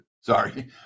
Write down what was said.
Sorry